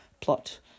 plot